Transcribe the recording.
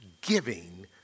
giving